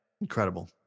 Incredible